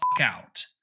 out